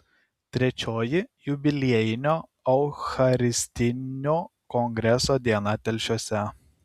trečioji jubiliejinio eucharistinio kongreso diena telšiuose